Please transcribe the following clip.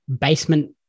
basement